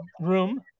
room